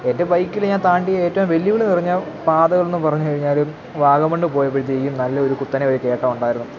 എൻ്റെ ബൈക്കില് ഞാന് താണ്ടി യഏറ്റവും വെല്ലുവിളി നിറഞ്ഞ പാതകൾ എന്നു പറഞ്ഞ് കഴിഞ്ഞാല് വാഗമണ്ണ് പോയപ്പോഴത്തേക്കും നല്ല ഒരു കുത്തനെ ഒരു കയറ്റമുണ്ടായിരുന്നു